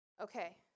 Okay